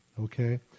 okay